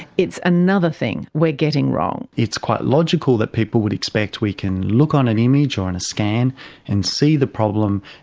it's another thing we're getting wrong. it's quite logical that people would expect we can look on an image or on a scan and see the problem,